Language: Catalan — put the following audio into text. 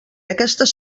aquestes